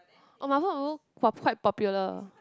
oh mamamoo was quite popular